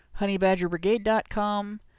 honeybadgerbrigade.com